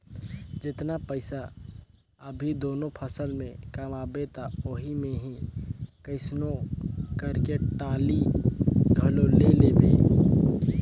जेतना पइसा अभी दूनो फसल में कमाबे त ओही मे ही कइसनो करके टाली घलो ले लेबे